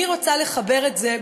אני רוצה לחבר את זה,